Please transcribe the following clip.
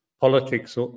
Politics